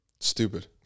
stupid